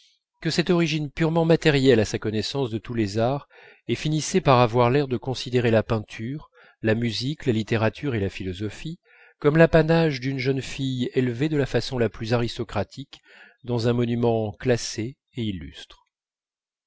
que cette origine purement matérielle à sa connaissance de tous les arts et finissait par avoir l'air de considérer la peinture la musique la littérature et la philosophie comme l'apanage d'une jeune fille élevée de la façon la plus aristocratique dans un monument classé et illustre